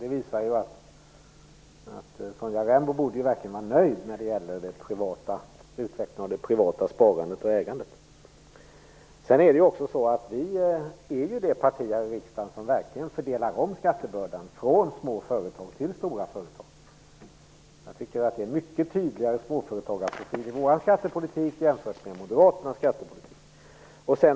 Det visar att Sonja Rembo verkligen borde vara nöjd när det gäller utvecklingen av det privata sparandet och ägandet. Vi är det parti här i riksdagen som verkligen fördelar om skattebördan från små företag till stora företag. Jag tycker att det är mycket tydligare småföretagarprofil i vår skattepolitik än det är i moderaternas skattepolitik.